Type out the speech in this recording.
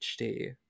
hd